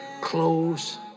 clothes